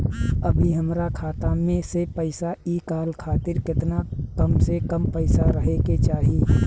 अभीहमरा खाता मे से पैसा इ कॉल खातिर केतना कम से कम पैसा रहे के चाही?